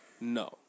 no